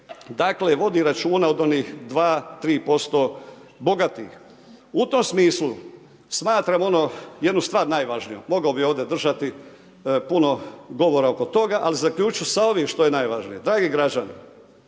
Dakle, vodi računa od onih 2-3% bogatih. U tom smislu, smatramo jednu stvar najvažnijom. Mogao bih ovdje držati puno govora oko toga, ali zaključit ću sa ovim što je najvažnije. Dragi građani,